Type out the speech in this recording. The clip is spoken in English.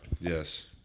Yes